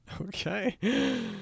Okay